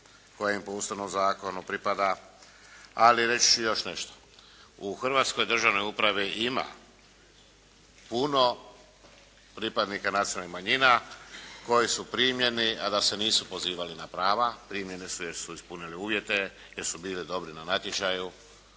koja im po Ustavnom zakonu pripada. Ali reći ću i još nešto. U hrvatskoj državnoj upravi ima puno pripadnika nacionalnih manjina koji su primljeni, a da se nisu pozivali na prava. Primljeni su jer su ispunili uvjete, jer su bili dobri na natječaju